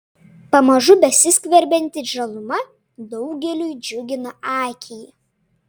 pamažu besiskverbianti žaluma daugeliui džiugina akį